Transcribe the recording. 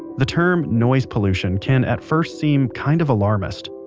the term noise pollution can at first seem kind of alarmist.